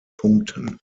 punkten